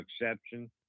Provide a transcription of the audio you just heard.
exception